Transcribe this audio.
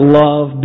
love